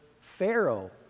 Pharaoh